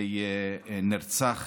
ונרצח